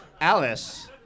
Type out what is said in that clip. Alice